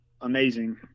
amazing